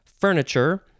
furniture